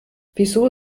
wieso